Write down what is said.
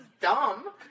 dumb